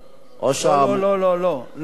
לא לא לא לא.